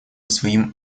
своим